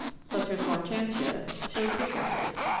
such as marchantia, shows differences.